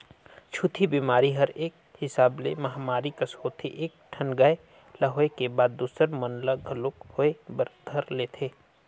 छूतही बेमारी हर एक हिसाब ले महामारी कस होथे एक ठन गाय ल होय के बाद दूसर मन ल घलोक होय बर धर लेथे